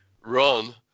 run